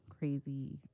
crazy